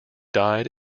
died